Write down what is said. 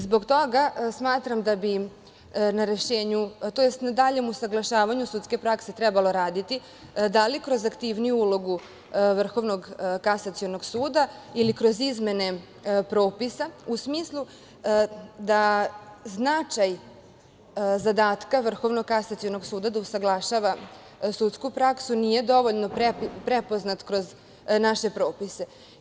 Zbog toga smatram da bi na daljem usaglašavanju sudske prakse trebalo raditi, da li kroz aktivniju ulogu Vrhovnog kasacionog suda ili kroz izmene propisa, u smislu da značaj zadatka Vrhovnog kasacionog suda da usaglašava sudsku praksu nije dovoljno prepoznat kroz naše propise.